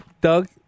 Doug